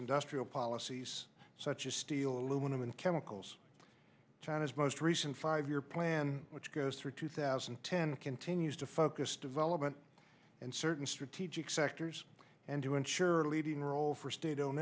industrial policies such as steel aluminum and chemicals china's most recent five year plan which goes through two thousand and ten continues to focus development and certain strategic sectors and to ensure a leading role for state